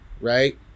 right